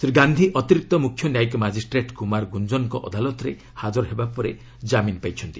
ଶ୍ରୀ ଗାନ୍ଧି ଅତିରିକ୍ତ ମୁଖ୍ୟ ନ୍ୟାୟିକ ମାଟ୍ଟିଷ୍ଟ୍ରେଟ୍ କ୍ରମାର ଗୁଞ୍ଜନଙ୍କ ଅଦାଲତରେ ହାଜର ହେବା ପରେ ଜାମିନ୍ ପାଇଛନ୍ତି